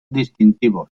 distintivos